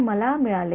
तर हे मला मिळाले